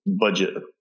budget